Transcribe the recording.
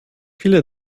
viele